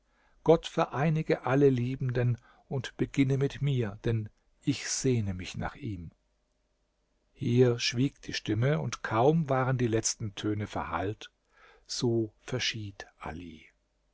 gott vereinige alle liebenden und beginne mit mir denn ich sehne mich nach ihm hier schwieg die stimme und kaum waren die letzten töne verhallt so verschied ali